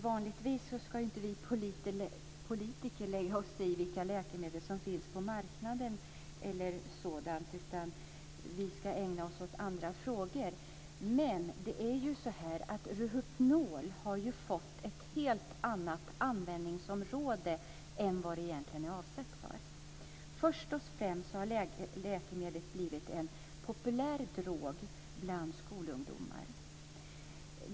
Vanligtvis ska inte vi politiker lägga oss i vilka läkemedel som finns på marknaden eller sådant. Vi ska ägna oss åt andra frågor. Men Rohypnol har fått ett helt annat användningsområde än vad det egentligen är avsett för. Först och främst har läkemedlet blivit en populär drog bland skolungdomar.